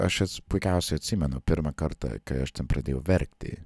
aš es puikiausiai atsimenu pirmą kartą kai aš ten pradėjau verkti